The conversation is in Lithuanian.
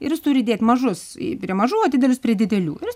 ir jis turi dėt mažus į prie mažų o didelius prie didelių ir jis